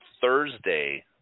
Thursday